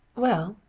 well,